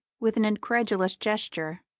with an incredulous gesture,